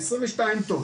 22 טון.